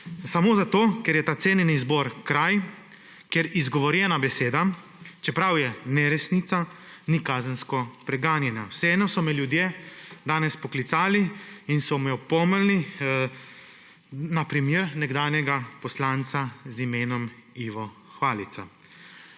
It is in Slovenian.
samo zato ker je ta cenjeni zbor kraj, kjer izgovorjena beseda, čeprav je neresnica, ni kazensko preganjena. Vseeno so me ljudje danes poklicali in so me opomnili na primer nekdanjega poslanca z imenom Ivo Hvalica.